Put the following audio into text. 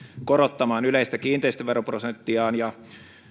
korottamaan yleistä kiinteistöveroprosenttiaan ja